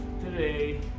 today